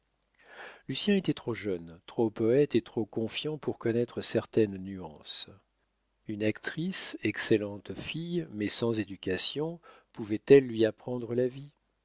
coralie lucien était trop jeune trop poète et trop confiant pour connaître certaines nuances une actrice excellente fille mais sans éducation pouvait-elle lui apprendre la vie